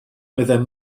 meddai